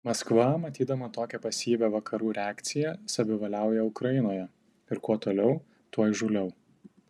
maskva matydama tokią pasyvią vakarų reakciją savivaliauja ukrainoje ir kuo toliau tuo įžūliau